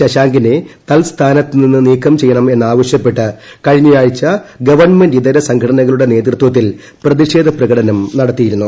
ശശാങ്കിനെ തൽസ്ഥാനത്ത് നിന്ന് നീക്കം ചെയ്യണം എന്നാവശ്യപ്പെട്ട് കഴിഞ്ഞയാഴ്ച ഗവണ്മെന്റിതര സംഘടനകളുടെ നേതൃത്വത്തിൽ പ്രതിഷേധ പ്രകടനം നൂട്ടത്തിയിരുന്നു